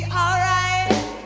alright